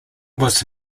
was